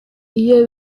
iyo